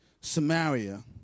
samaria